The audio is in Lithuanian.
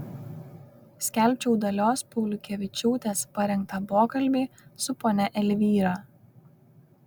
skelbčiau dalios pauliukevičiūtės parengtą pokalbį su ponia elvyra